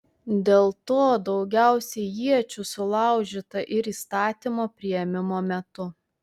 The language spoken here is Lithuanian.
dėl to daugiausiai iečių sulaužyta ir įstatymo priėmimo metu